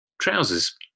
trousers